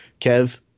Kev